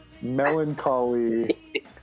melancholy